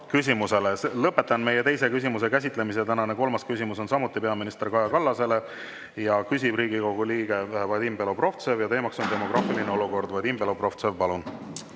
küsimusele. Lõpetan meie teise küsimuse käsitlemise. Tänane kolmas küsimus on samuti peaminister Kaja Kallasele, küsib Riigikogu liige Vadim Belobrovtsev ja teema on demograafiline olukord. Vadim Belobrovtsev, palun!